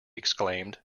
exclaimed